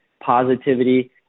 positivity